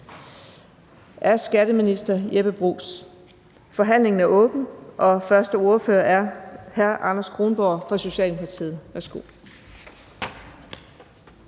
formand (Birgitte Vind): Forhandlingen er åbnet. Den første ordfører er hr. Anders Kronborg fra Socialdemokratiet. Værsgo.